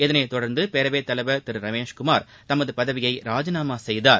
இதனைத் தொடர்ந்து பேரவைத் தலைவர் திரு ரமேஷ் குமார் தமது பதவியை ராஜினாமா செய்தார்